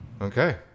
okay